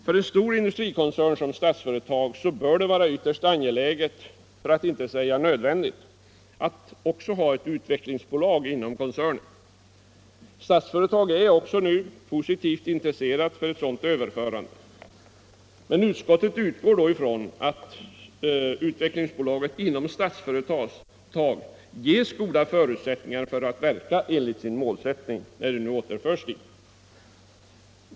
För en stor industrikoncern som Statsföretag bör det vara ytterst angeläget, för att inte säga nödvändigt, att även ha ett utvecklingsbolag inom koncernen. Statsföretag har också nu ett positivt intresse för ett sådant överförande. Men utskottet utgår från att Utvecklingsbolaget inom Statsföretag ges goda förutsättningar för att verka enligt sin målsättning, när bolaget nu återförs dit.